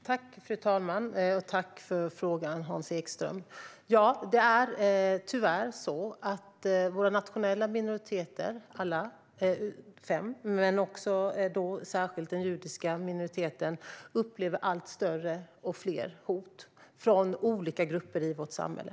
Fru talman! Tack, Hans Ekström, för frågan! Det är tyvärr så att alla våra fem nationella minoriteter, men särskilt den judiska minoriteten, upplever allt fler och större hot från olika grupper i vårt samhälle.